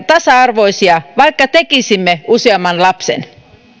tasa arvoisia vaikka tekisimme useamman lapsen